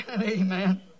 Amen